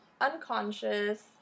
unconscious